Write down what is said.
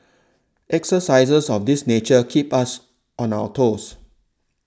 exercises of this nature keep us on our toes